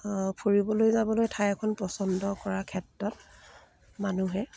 ফুৰিবলৈ যাবলৈ ঠাই এখন পচন্দ কৰা ক্ষেত্ৰত মানুহে